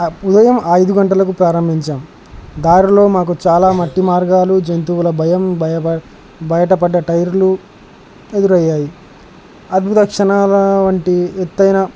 ఉదయం ఐదు గంటలకు ప్రారంభించాము దారిలో మాకు చాలా మట్టి మార్గాలు జంతువుల భయం భయప బయటపడ్డ టైర్లు ఎదురయ్యాయి అద్భుత క్షణాల వంటి ఎత్తైన